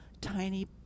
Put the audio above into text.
tiny